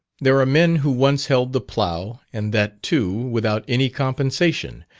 there are men who once held the plough, and that too without any compensation,